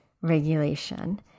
regulation